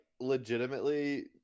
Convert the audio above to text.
legitimately